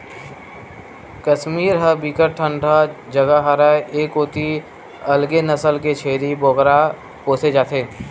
कस्मीर ह बिकट ठंडा जघा हरय ए कोती अलगे नसल के छेरी बोकरा पोसे जाथे